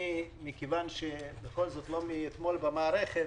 מכיוון שאני לא מאתמול במערכת,